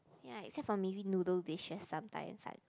ya except from maybe noodle dishes sometimes I